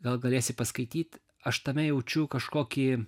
gal galėsi paskaityt aš tame jaučiu kažkokį